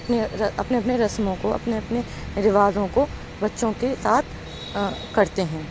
اپنے اپنے اپنے رسموں کو اپنے اپنے رواجوں کو بچوں کے ساتھ کرتے ہیں